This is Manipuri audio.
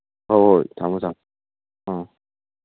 ꯍꯣꯏ ꯍꯣꯏ ꯊꯝꯃꯣ ꯊꯝꯃꯣ ꯑꯥ